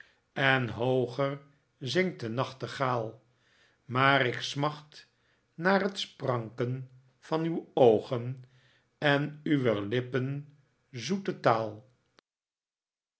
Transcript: en hooger zingt de nachtegaal maar k smacht naar t spranken van uw oogen en uwer lippen zoete taal